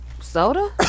Soda